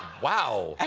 wow!